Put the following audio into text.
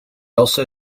also